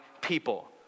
people